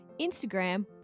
Instagram